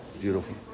Beautiful